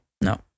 No